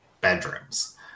bedrooms